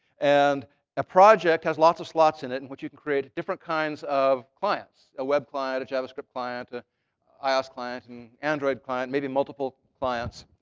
and a project has lots of slots in it in which you create different kinds of clients a web client, a javascript client, ah ios client, and android client, maybe multiple clients.